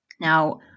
Now